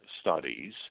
studies